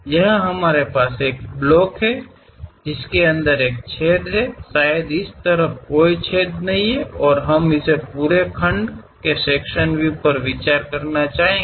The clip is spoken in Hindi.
यहां हमारे पास एक ब्लॉक है जिसके अंदर एक छेद है शायद इस तरफ कोई छेद नहीं है और हम इस पूरे खंड के सेक्शन व्यू पर विचार करना चाहेंगे